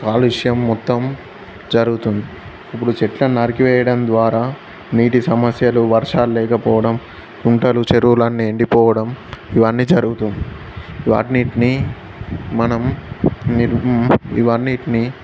కాలుష్యం మొత్తం జరుగుతుంది ఇప్పుడు చెట్లను నరికి వేయడం ద్వారా నీటి సమస్యలు వర్షాలు లేకపోవడం గుంటలు చెరువులన్నీ ఎండిపోవడం ఇవన్నీ జరుగుతుంది ఇవన్నిటిని మనం ని ఇవన్నిటిని